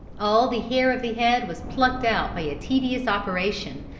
all the hair of the head was plucked out by a tedious operation,